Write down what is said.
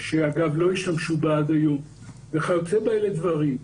שאגב לא השתמשו בה עד היום, וכיוצא באלה דברים.